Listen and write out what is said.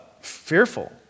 fearful